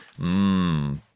Mmm